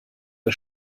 der